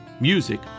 Music